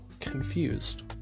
confused